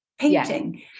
painting